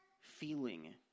feeling